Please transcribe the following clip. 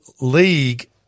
league